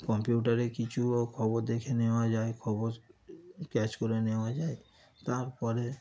কম্পিউটারে কিছুও খবর দেখে নেওয়া যায় খবর ক্যাচ করে নেওয়া যায় তার পরে